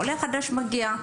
כשעולה חדש מגיע,